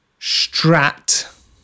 Strat